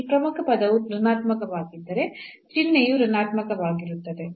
ಈ ಪ್ರಮುಖ ಪದವು ಋಣಾತ್ಮಕವಾಗಿದ್ದರೆ ಚಿಹ್ನೆಯು ಋಣಾತ್ಮಕವಾಗಿರುತ್ತದೆ